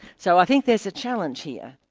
so i think there's a challenge here.